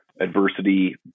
adversity